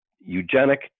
eugenic